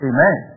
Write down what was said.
Amen